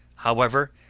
however,